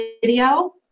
video